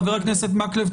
חבר הכנסת מקלב,